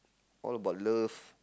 all about love